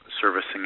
servicing